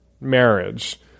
marriage